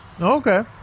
Okay